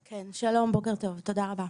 כן, שלום, בוקר טוב, תודה רבה.